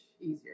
easier